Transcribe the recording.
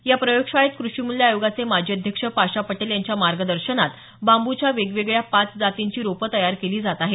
या प्रयोगशाळेत क्रषी मूल्य आयोगाचे माजी अध्यक्ष पाशा पटेल यांच्या मार्गदर्शनात बांबूच्या वेगवेगळ्या पाच जातींची रोपं तयार केली जात आहेत